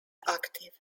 active